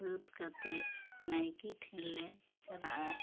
ᱥᱟᱹᱛ ᱠᱟᱛᱮᱜ ᱱᱟᱭᱠᱭ ᱴᱷᱮᱱ ᱞᱮ ᱪᱟᱞᱟᱜᱼᱟ